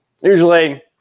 usually